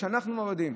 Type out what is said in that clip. שאנחנו מורידים.